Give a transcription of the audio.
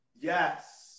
Yes